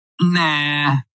Nah